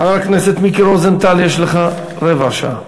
חבר הכנסת מיקי רוזנטל, יש לך רבע שעה.